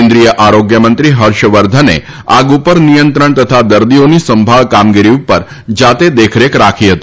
કેન્દ્રિય આરોગ્યમંત્રી હર્ષવર્ધને આગ ઉપર નિયંત્રણ તથા દર્દીઓની સંભાળ કામગીરી ઉપર જાતે દેખરેખ રાખી હતી